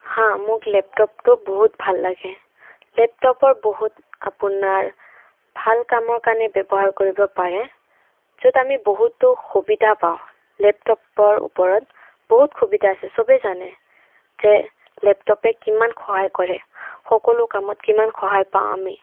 হাঁঁ মোক লেপটপটো বহুত ভাল লাগে লেপটপৰ বহুত আপোনাৰ ভাল কামৰ কাৰণে ব্যৱহাৰ কৰিব পাৰে য'ত আমি বহুতো সুবিধা পাওঁ লেপটপৰ ওপৰত বহুত সুবিধা আছে চবেই জানে যে লেপটপে কিমান সহায় কৰে সকলো কামত কিমান সহায় পাওঁ আমি